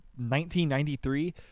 1993